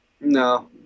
No